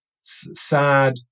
sad